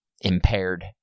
impaired